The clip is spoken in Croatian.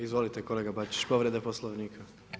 Izvolite kolega Bačić, povreda Poslovnika.